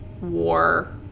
war